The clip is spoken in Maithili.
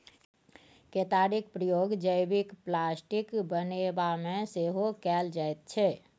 केतारीक प्रयोग जैबिक प्लास्टिक बनेबामे सेहो कएल जाइत छै